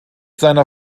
seiner